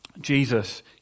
Jesus